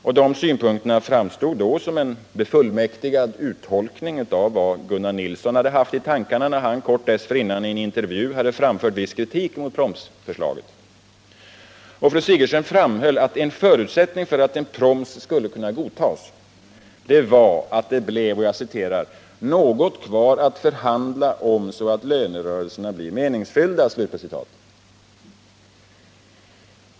Dessa synpunkter framstod då som en befullmäktigad uttolkning av vad Gunnar Nilsson hade haft i tankarna när han kort dessförinnan i en intervju hade framfört viss kritik mot promsförslaget. Fru Sigurdsen framhöll att en förutsättning för att en proms skulle kunna godtas var att det blev ”något kvar att förhandla om så att lönerörelserna blir meningsfyllda”.